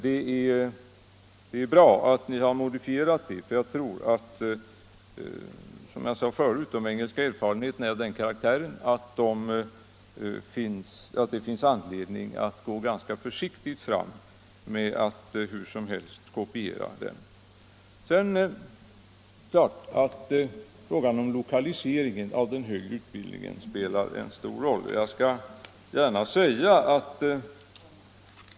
Det är bra att ni modifierat er på den punkten Som jag sade förut är de engelska erfarenheterna av den karaktären att det finns anledning att gå ganska försiktigt fram om man vill försöka kopiera den modellen. Frågan om lokaliseringen av den högre utbildningen spelar naturligtvis en stor roll.